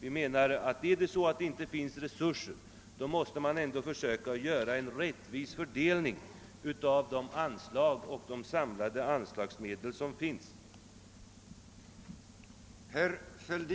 Finns det inte resurser för anslagsökningen måste man ändå försöka åstadkomma en rättvis fördelning av de anslagsmedel som står till buds.